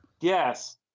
Yes